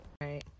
right